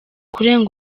kurenga